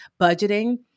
budgeting